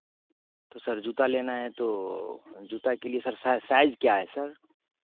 तो सर जूता लेना है तो जूता के लिए सर साइ साइज़ क्या है सर